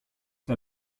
der